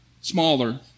smaller